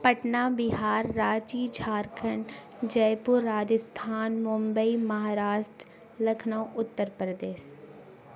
Patna Bihar Ranchi Jharkhand Jaipur Rajasthan Mumbai Maharashtra Lucknow Uttar Pradesh